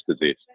disease